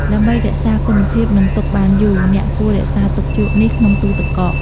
ដើម្បីរក្សាគុណភាព និងទុកបានយូរ អ្នកគួររក្សាទុកជ្រក់នេះក្នុងទូទឹកកក។